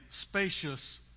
spacious